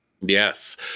Yes